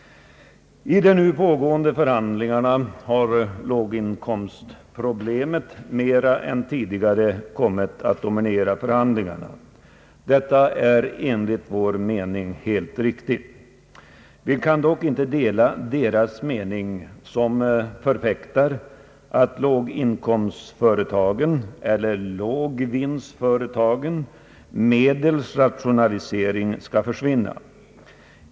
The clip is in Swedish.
I de nu pågående förhandlingarna har låginkomstproblemet mer än tidigare kommit att dominera. Detta är enligt vår mening helt riktigt. Vi kan dock icke dela deras mening som förfäktar att låginkomstföretagen — eller lågvinstföretagen — medelst rationaliseringar skall försvinna.